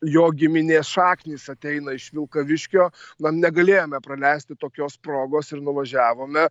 jo giminės šaknys ateina iš vilkaviškio na negalėjome praleisti tokios progos ir nuvažiavome